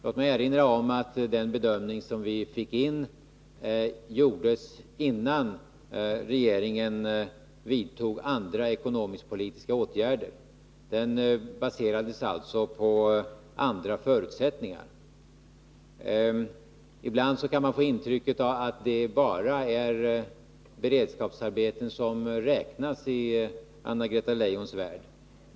Låt mig erinra om att den bedömning som vi fick in, gjordes innan regeringen vidtog andra ekonomisk-politiska åtgärder. Den baserades alltså på andra förutsättningar. Ibland får man det intrycket att det bara är beredskapsarbeten som räknas i Anna-Greta Leijons värld.